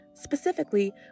Specifically